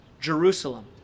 Jerusalem